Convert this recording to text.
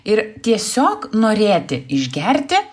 ir tiesiog norėti išgerti